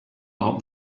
out